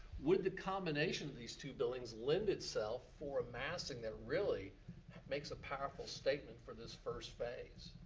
would the combination of these two buildings lend itself for a massing that really makes a powerful statement for this first phase?